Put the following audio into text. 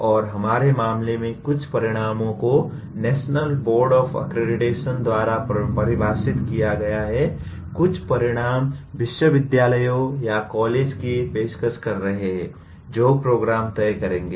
और हमारे मामले में कुछ परिणामों को नेशनल बोर्ड ऑफ अक्रेडिटेशन द्वारा परिभाषित किया गया है कुछ परिणाम विश्वविद्यालयों या कॉलेजों की पेशकश कर रहे हैं जो प्रोग्राम तय करेंगे